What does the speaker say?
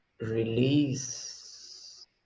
release